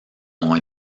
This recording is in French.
ont